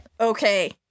Okay